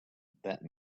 that